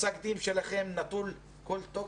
פסק הדין שלכם נטול כל תוקף.